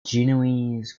genoese